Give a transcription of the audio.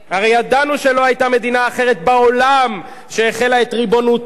הרי ידענו שלא היתה מדינה אחרת בעולם שהחילה את ריבונותה,